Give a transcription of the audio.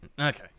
Okay